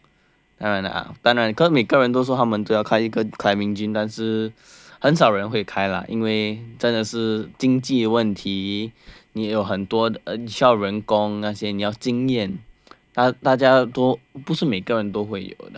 and uh 当然 cause 每个人都说他们都要开一个 climbing gym 但是很少人会开啦因为真的是经济问题也有很多需要人工那些你要经验但大家都不是每个人都会有的